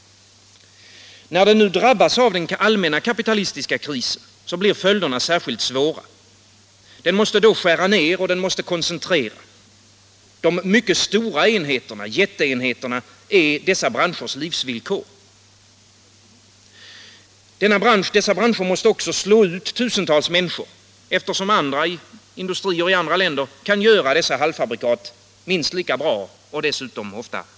När den nu drabbas av den allmänna kapitalistiska krisen, blir följderna särskilt svåra. Den måste då skära ner, den måste koncentrera. Mycket Nr 129 stora enheter är dess livsvillkor. Dessa branscher mäste också slå ut tu Torsdagen den sentals människor, eftersom andra kan göra halvfabrikaten lika bra och 12 maj 1977 dessutom billigare.